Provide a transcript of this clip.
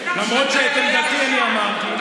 למרות שאת עמדתי אני אמרתי.